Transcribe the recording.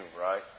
right